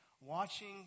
watching